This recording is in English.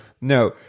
No